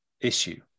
issue